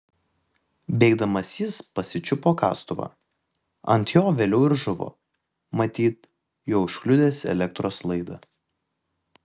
bėgdamas jis pasičiupo kastuvą ant jo vėliau ir žuvo matyt juo užkliudęs elektros laidą